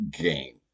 Game